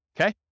Okay